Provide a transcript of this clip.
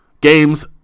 games